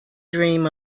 dream